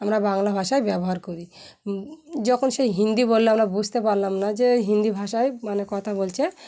আমরা বাংলা ভাষায় ব্যবহার করি যখন সেই হিন্দি বললে আমরা বুঝতে পারলাম না যে হিন্দি ভাষায় মানে কথা বলছে